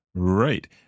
Right